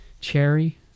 Cherry